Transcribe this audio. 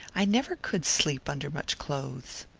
i never could sleep under much clothes.